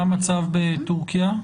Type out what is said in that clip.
מה המצב בטורקיה?